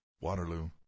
Waterloo